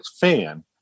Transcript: fan